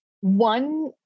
one